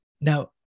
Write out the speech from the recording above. Now